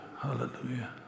Hallelujah